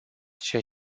ceea